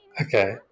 Okay